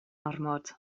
ormod